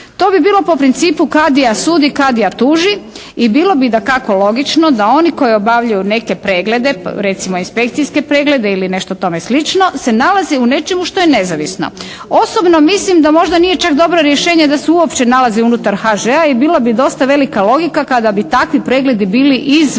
To bi bilo po principu kadija sudi, kadija tuži. I bilo bi dakao logično da oni koji obavljaju neke preglede, recimo inspekcijske preglede ili nešto tome slično se nalaze u nečemu što je nezavisno. Osobno mislim da možda nije čak dobro rješenje da se uopće nalaze unutar HŽ-a jer bila bi dosta velika logika kada bi takvi pregledi bili izvan